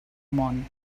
món